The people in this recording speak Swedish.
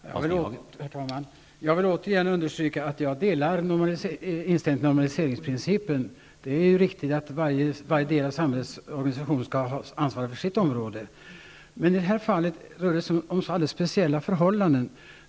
Herr talman! Jag vill återigen understryka att jag delar inställningen till normaliseringsprincipen. Det är riktigt att varje del av samhällets organisation skall ansvara för sitt område. I det här fallet rör det sig dock om alldeles speciella förhållanden.